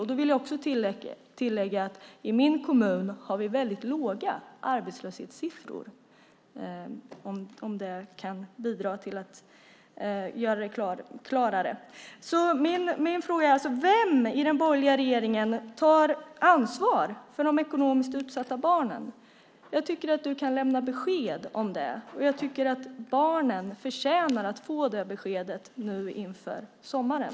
Jag vill också tillägga att vi i min kommun har väldigt låga arbetslöshetssiffror, om det nu kan bidra till att göra det klarare. Min fråga är: Vem i den borgerliga regeringen tar ansvar för de ekonomiskt utsatta barnen? Jag tycker att du kan lämna besked om det, och jag tycker att barnen förtjänar att få det beskedet nu inför sommaren.